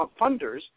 funders